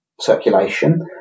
circulation